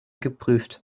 geprüft